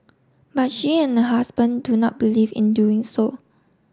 but she and her husband do not believe in doing so